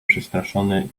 przestraszony